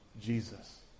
Jesus